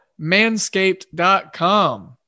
manscaped.com